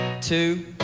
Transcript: two